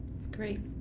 that's great.